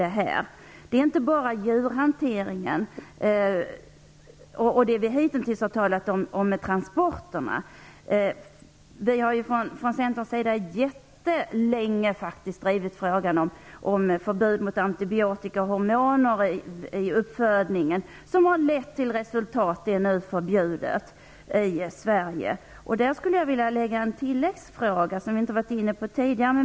Det här handlar inte bara om djurhanteringen och det vi hittills talat om vad gäller transporterna. Inom centern har vi mycket länge drivit frågan om förbud mot antibiotika och hormoner i uppfödningen. Det har lett till att sådant nu är förbjudet i Sverige. Jag skulle vilja tillägga en fråga som vi inte varit inne på tidigare.